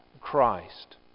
Christ